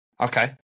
Okay